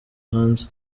hanze